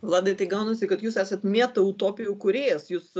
vladai tai gaunasi kad jūs esate meta utopijų kūrėjas jūs